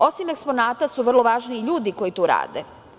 Osim eksponata su vrlo važni i ljudi koji tu rade.